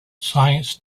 science